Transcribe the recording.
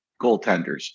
goaltenders